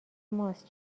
ماست